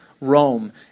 Rome